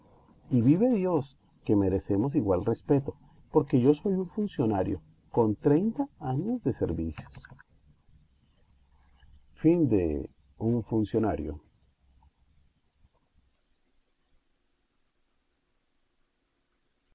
y vive dios que merecemos igual respeto porque yo soy un funcionario con treinta años de servicios